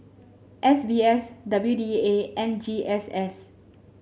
S B S W D A and G S S